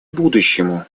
будущему